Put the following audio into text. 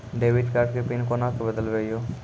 Debit card के pin कोना के बदलबै यो?